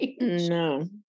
No